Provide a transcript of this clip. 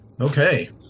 okay